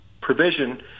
provision